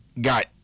got